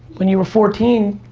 when you were fourteen,